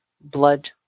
blood